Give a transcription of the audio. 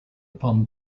upon